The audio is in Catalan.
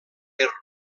herba